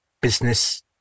business